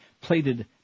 plated